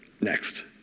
next